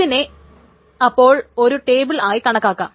ഇതിനെ അപ്പോൾ ഒരു ടേബിൾ ആയി കണക്കാക്കാം